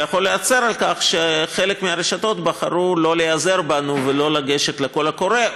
ויכול להצר על כך שחלק מהרשתות בחרו לא להיעזר בנו ולא לגשת לקול הקורא,